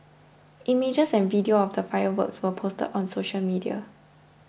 images and video of the fireworks were posted on social media